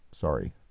Sorry